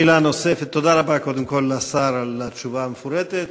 תודה רבה לשר על התשובה המפורטת,